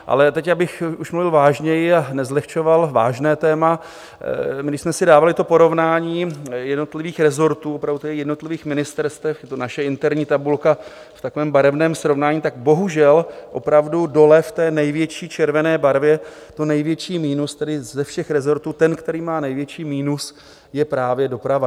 Ale teď abych už mluvil vážněji a nezlehčoval vážné téma, my když jsme si dávali to porovnání jednotlivých resortů, opravdu jednotlivých ministerstev, naše interní tabulka v takovém barevném srovnání, tak bohužel opravdu dole v té největší červené barvě to největší minus, tedy ze všech resortů ten, který má největší minus, je právě doprava.